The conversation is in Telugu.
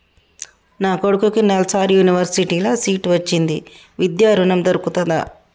నా కొడుకుకి నల్సార్ యూనివర్సిటీ ల సీట్ వచ్చింది విద్య ఋణం దొర్కుతదా?